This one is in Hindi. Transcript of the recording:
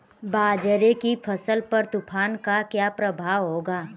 बाजरे की फसल पर तूफान का क्या प्रभाव होगा?